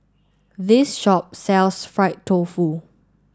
this shop sells Fried Tofu